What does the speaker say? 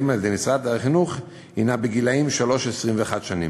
על-ידי משרד החינוך היא בגילים 3 21 שנים.